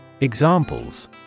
Examples